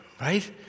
right